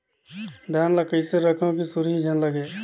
धान ल कइसे रखव कि सुरही झन लगे?